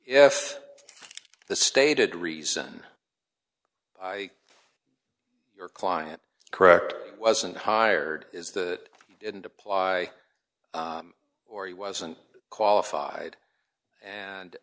if the stated reason i your client correct wasn't hired is that it didn't apply or he wasn't qualified and